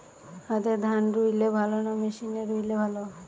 হাতে ধান রুইলে ভালো না মেশিনে রুইলে ভালো?